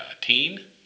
teen